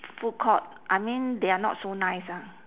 food court I mean they are not so nice ah